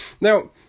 Now